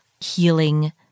healing